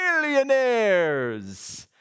Millionaires